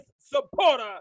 supporter